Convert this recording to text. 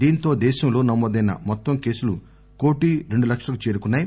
దీంతో దేశంలో నమోదయిన మొత్తం కేసులు కోటి రెండు లక్షలకు చేరుకున్నాయి